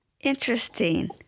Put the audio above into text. Interesting